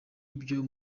ibyo